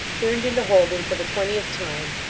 turned into holborn for the twentieth time,